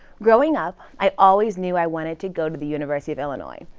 growing up i always knew i wanted to go to the university of illinois.